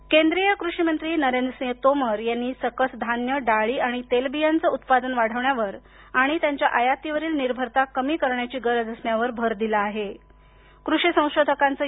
तोमर केंद्रीय कृषिमंत्री नरेंद्रसिंह तोमर यांनी सकस धान्यडाळी आणि तेलबियांचं उत्पादन वाढवण्यावर आणि त्यांच्या आयातीवरील निर्भरता कमी करण्याची गरज असण्यावर जोर दिला आहेकृषी संशोधकांचं